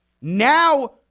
Now